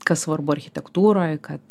kas svarbu architektūroj kad